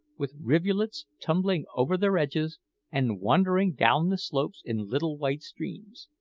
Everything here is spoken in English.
with rivulets tumbling over their edges and wandering down the slopes in little white streams,